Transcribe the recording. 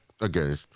again